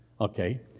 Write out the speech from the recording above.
Okay